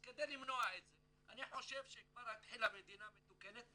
אז כדי למנוע את זה אני חושב שכבר --- מדינה מתוקנת,